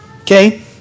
okay